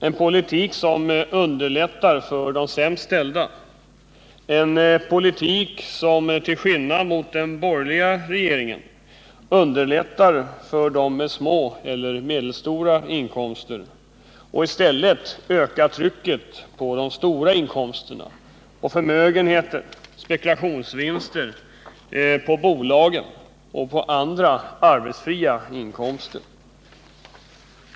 En politik som underlättar för de sämst ställda. En politik som, till skillnad mot den borgerliga regeringens, underlättar för dem med små eller medelstora inkomster och i stället ökar trycket på stora inkomster, förmögenheter, spekulationsvinster, bolag och andra arbetsfria inkomster.